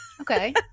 Okay